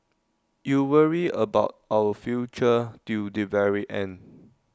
you worry about our future till the very end